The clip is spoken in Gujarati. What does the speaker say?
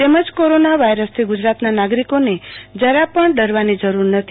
તમજ કોરોના વાયરસથી ગજરાતના નાગરિકોને જરા પણ ડરવાનો જરૂર નથી